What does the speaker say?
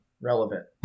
Relevant